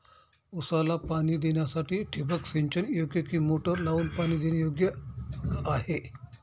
ऊसाला पाणी देण्यासाठी ठिबक सिंचन योग्य कि मोटर लावून पाणी देणे योग्य आहे?